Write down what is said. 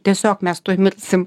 tiesiog mes tuoj mirsim